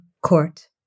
court